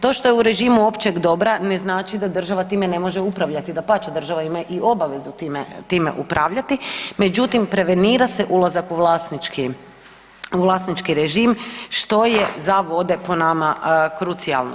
To što je u režimu općeg dobra ne znači da država time ne može upravljati, dapače, država ima i obavezu time upravljati međutim prevenira se ulazak u vlasnički režim što je za vode po nama krucijalno.